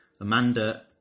Amanda